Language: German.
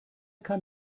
kann